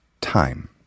Time